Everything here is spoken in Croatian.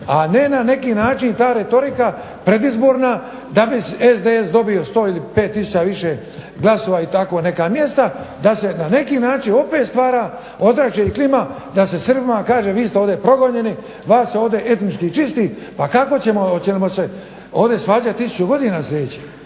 A ne na neki način ta retorika predizborna da bi SDSS dobio 100 ili 5 tisuća više glasova i tako neka mjesta da se na neki način opet stvara ozračje i klima da se Srbima kaže vi ste ovdje progonjeni, vas se ovdje etnički čist. Pa kako ćemo hoćemo li se ovdje svađati tisuću godina sljedećih?